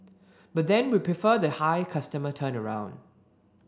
but then we prefer the high customer turnaround